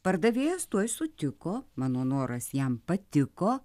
pardavėjas tuoj sutiko mano noras jam patiko